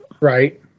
Right